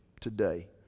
today